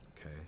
okay